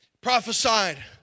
Prophesied